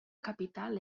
capital